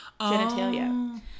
genitalia